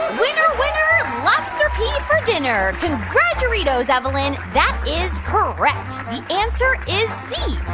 winner winner, lobster pee dinner. congraturitos, evelyn. that is correct. the answer is c,